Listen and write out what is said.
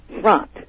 front